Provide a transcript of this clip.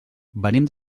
venim